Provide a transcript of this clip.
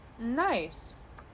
nice